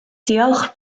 diolch